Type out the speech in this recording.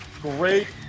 Great